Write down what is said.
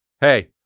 Hey